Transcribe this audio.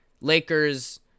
Lakers